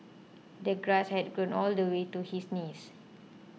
the grass had grown all the way to his knees